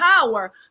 power